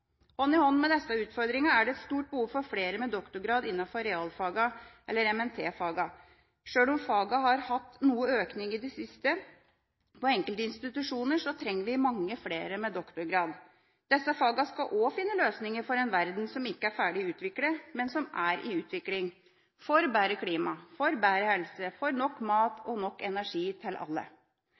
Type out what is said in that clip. I tillegg til disse utfordringene er det et stort behov for flere med doktorgrad innenfor realfagene, eller MNT-fagene. Sjøl om fagene har hatt noe økning i det siste ved noen institusjoner, trenger vi mange flere med doktorgrad. Disse fagene skal også finne løsninger for en verden som ikke er ferdig utviklet, men som er i utvikling – for bedre klima, for bedre helse, for nok mat og nok energi til alle.